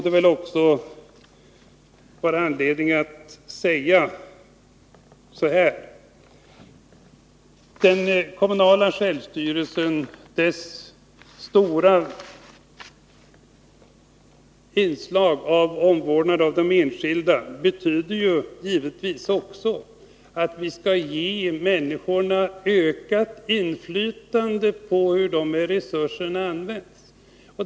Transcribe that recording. Det finns vidare anledning att säga att den kommunala självstyrelsen med dess stora inslag av omvårdnad om den enskilde givetvis innebär att vi skall ge människorna ett ökat inflytande över hur resurserna används.